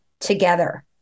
together